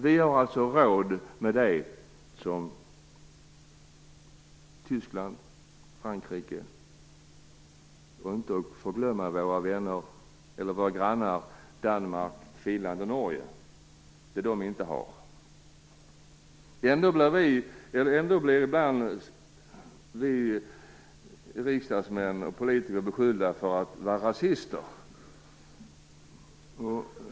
Vi har alltså råd med det som Tyskland och Frankrike samt - icke att förglömma - våra grannar Danmark, Finland och Norge inte har råd med. Ändå blir vi riksdagsmän och politiker ibland beskyllda för att vara rasister.